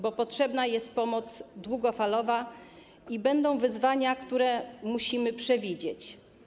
Bo potrzebna jest pomoc długofalowa i będą wyzwania, które musimy przewidzieć.